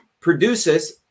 produces